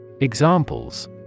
Examples